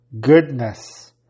Goodness